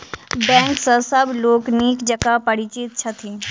bank सॅ सभ लोक नीक जकाँ परिचित छथि